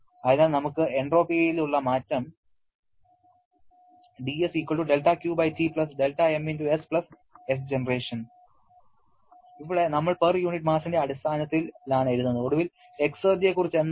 അതിനാൽ നമുക്ക് എൻട്രോപ്പിയിൽ ഉള്ള മാറ്റം ഇവിടെ നമ്മൾ പെർ യൂണിറ്റ് മാസിന്റെ അടിസ്ഥാനത്തിലാണ് എഴുതുന്നത് ഒടുവിൽ എക്സിർജിയെ കുറിച്ച് എന്താണ്